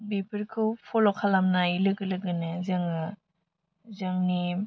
बिफोरखौ फल' खालामनाय लोगो लोगोनो जोङो जोंनि